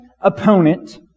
opponent